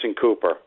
Cooper